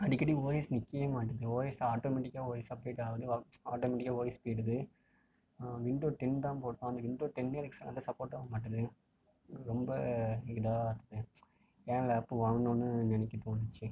அடிக்கடி ஓஎஸ் நிற்கவே மாட்டேங்கிறது ஓஎஸ் ஆட்டோமேட்டிக்காக ஓஎஸ் அப்டேட் ஆகுது ஆட்டோமேட்டிக்காக ஓஎஸ் போய்விடுது விண்டோ டென் தான் போட்டோம் அந்த விண்டோ டென்னே அதுக்கு சப்போர்ட் ஆக மாட்டுது ரொம்ப இதாக ஏன் லேப்பு வாங்கினோன்னு நினைக்க தோணுச்சு